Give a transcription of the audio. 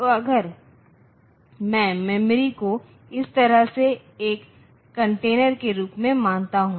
तो अगर मैं मेमोरी को इस तरह से एक कंटेनर के रूप में मानता हूं